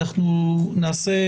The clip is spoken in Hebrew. אנחנו הודענו